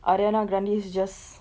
ariana grande is just